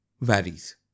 varies